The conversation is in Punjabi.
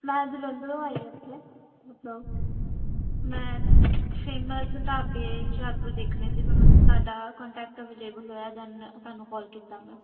ਮੈਂ ਜਲੰਧਰ ਤੋਂ ਆਈ ਇੱਥੇ ਮਤਲਬ ਮੈਂ ਫੇਮਸ ਢਾਬੇ ਹੁਸ਼ਿਆਰਪੁਰ ਦੇਖਣੇ ਸੀ ਪਰ ਮੈਨੂੰ ਤੁਹਾਡਾ ਕਾਂਟੈਕਟ ਅਵੇਲੇਬਲ ਹੋਇਆ ਦੈਨ ਤੁਹਾਨੂੰ ਕਾਲ ਕੀਤਾ ਮੈਂ